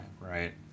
right